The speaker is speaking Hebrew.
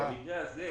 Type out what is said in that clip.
במקרה הזה,